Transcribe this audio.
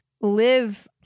live